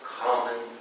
common